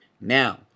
Now